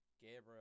Gabriel